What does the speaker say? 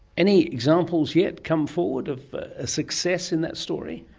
any examples yet come forward of a success in that story?